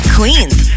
Queen's